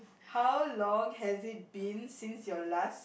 how long has it been since your last